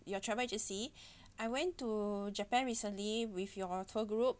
your travel agency I went to japan recently with your tour group